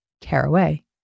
Caraway